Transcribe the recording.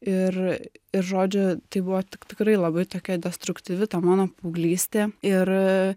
ir ir žodžiu tai buvo tikrai labai tokia destruktyvi ta mano paauglystė ir